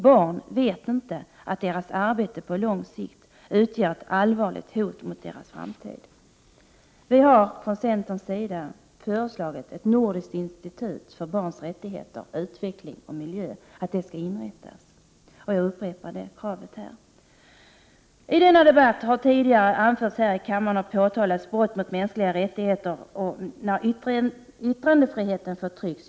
Barn vet inte att deras arbete på lång sikt utgör ett allvarligt hot mot deras framtid. Vi har från centerns sida föreslagit att ett nordiskt institut skall inrättas för barns rättigheter, utveckling och miljö. Jag upprepar det kravet här. Tidigare i denna debatt har brott mot mänskliga rättigheter påtalats liksom att yttrandrefriheten förtrycks.